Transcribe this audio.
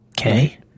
Okay